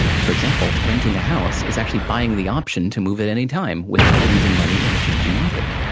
for example, renting a house is actually buying the opportunity um so and to move at any time, without losing money in a changing market.